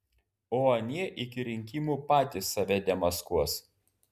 o anie iki rinkimų patys save demaskuos